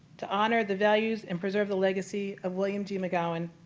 to honor the values and preserve the legacy of william g. mcgowan,